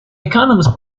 economist